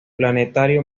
planetario